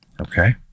Okay